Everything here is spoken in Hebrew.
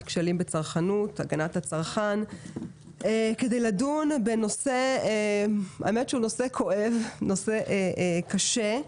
כשלים בצרכנות כדי לדון בנושא כואב וקשה,